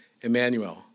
Emmanuel